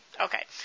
Okay